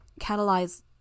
catalyze